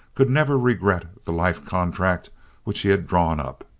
could never regret the life-contract which he had drawn up.